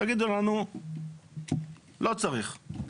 תגידו לנו לא צריך,